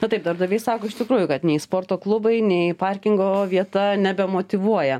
na taip darbdaviai sako iš tikrųjų kad nei sporto klubai nei parkingo vieta nebemotyvuoja